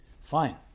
fine